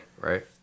right